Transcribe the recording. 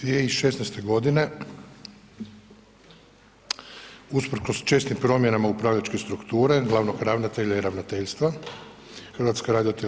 2016. godine usprkos čestim promjenama upravljačke strukture, glavnog ravnatelja i ravnateljstva, HRT